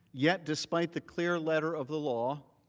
yet, despite the clear letter of the law,